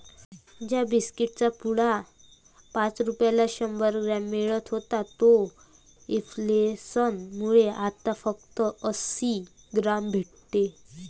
ज्या बिस्कीट चा पुडा पाच रुपयाला शंभर ग्राम मिळत होता तोच इंफ्लेसन मुळे आता फक्त अंसी ग्राम भेटते